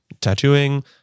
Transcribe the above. tattooing